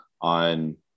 on